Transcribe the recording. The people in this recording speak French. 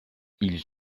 ils